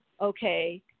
okay